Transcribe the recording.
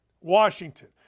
Washington